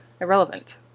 Irrelevant